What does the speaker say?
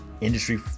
Industry